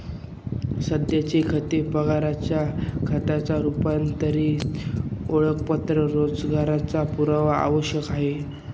सध्याचे खाते पगाराच्या खात्यात रूपांतरित करण्यासाठी ओळखपत्र रोजगाराचा पुरावा आवश्यक आहे